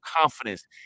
confidence